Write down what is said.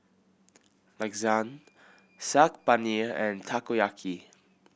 Lasagne Saag Paneer and Takoyaki